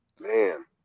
Man